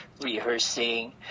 rehearsing